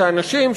שהאנשים,